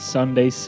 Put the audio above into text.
Sunday